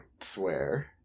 swear